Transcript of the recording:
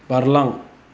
बारलां